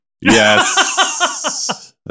Yes